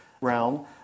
realm